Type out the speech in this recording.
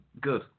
good